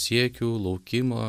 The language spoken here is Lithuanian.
siekių laukimo